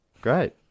Great